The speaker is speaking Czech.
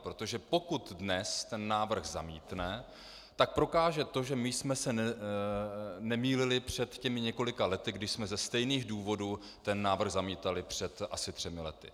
Protože pokud dnes ten návrh zamítne, tak prokáže to, že my jsme se nemýlili před těmi několika lety, když jsme ze stejných důvodů ten návrh zamítali, před asi třemi lety.